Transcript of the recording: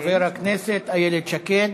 של חברת הכנסת איילת שקד.